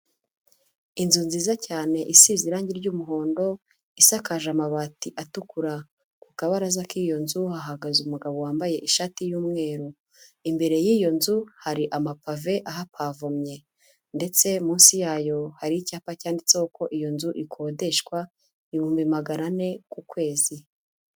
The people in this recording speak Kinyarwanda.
Inzu nziza cyane isize irangi ry'umuhondo isakaje amabati atukura, ku kabaraza k'iyo nzu hahagaze umugabo wambaye ishati y'umweru, imbere y'iyo nzu hari amapave ahapavomye ndetse munsi yayo, hari icyapa cyanditseho ko iyo nzu ikodeshwa ibihumbi magana ane ku kwezi.